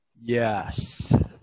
Yes